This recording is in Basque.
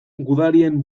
gudarien